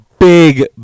Big